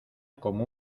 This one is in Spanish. como